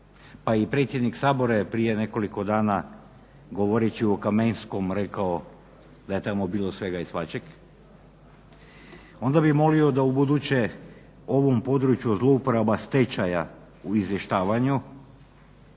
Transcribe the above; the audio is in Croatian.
pa i predsjednik Sabora je prije nekoliko dana govoreći o Kamenskom rekao da je tamo bilo svega i svačeg, onda bih molio da ubuduće ovom području zlouporaba stečaja u izvještavanju